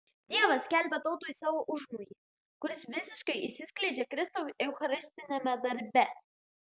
dievas skelbia tautai savo užmojį kuris visiškai išsiskleidžia kristaus eucharistiniame darbe